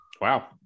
Wow